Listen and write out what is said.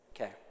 Okay